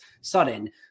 sudden